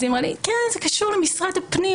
אז היא אמרה לי: כן, זה קשור למשרד הפנים.